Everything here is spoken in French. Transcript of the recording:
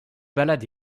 balades